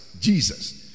Jesus